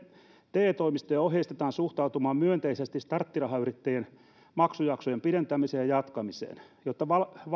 te toimistoja ohjeistetaan suhtautumaan myönteisesti starttirahayrittäjien maksujaksojen pidentämiseen ja jatkamiseen jotta